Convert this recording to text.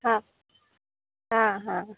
हा हां हां